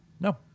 no